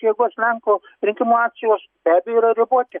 jėgos lenkų rinkimų akcijos be abejo yra riboti